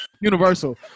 universal